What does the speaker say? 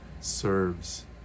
serves